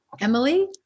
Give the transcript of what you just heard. Emily